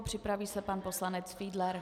Připraví se pan poslanec Fiedler.